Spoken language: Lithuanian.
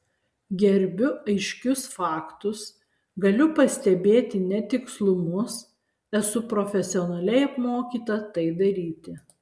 gerbiu aiškius faktus galiu pastebėti netikslumus esu profesionaliai apmokyta tai daryti